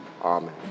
Amen